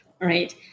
right